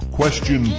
question